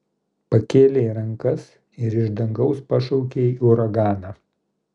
pakėlei rankas ir iš dangaus pašaukei uraganą